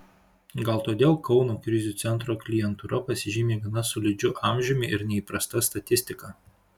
gal todėl kauno krizių centro klientūra pasižymi gana solidžiu amžiumi ir neįprasta statistika